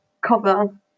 cover